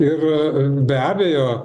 ir be abejo